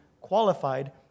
qualified